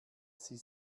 sie